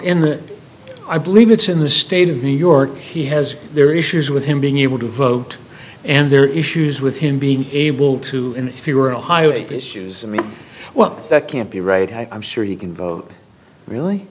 the i believe it's in the state of new york he has their issues with him being able to vote and their issues with him being able to and if you are a highly issues i mean well that can't be right i'm sure you can vote really